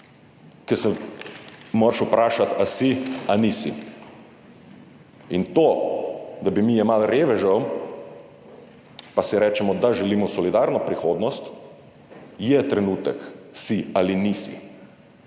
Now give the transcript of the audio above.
ko se moraš vprašati, ali si ali nisi. In to, da bi mi jemali revežem, pa si rečemo, da želimo solidarno prihodnost, je trenutek, si ali nisi.